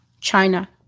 China